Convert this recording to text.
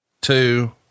two